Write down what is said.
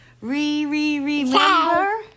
re-re-remember